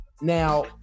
Now